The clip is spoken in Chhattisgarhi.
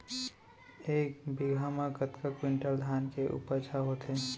एक बीघा म कतका क्विंटल धान के उपज ह होथे?